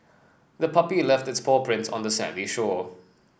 the puppy left its paw prints on the sandy shore